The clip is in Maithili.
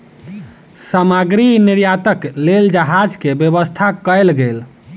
सामग्री निर्यातक लेल जहाज के व्यवस्था कयल गेल